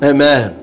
Amen